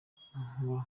ngo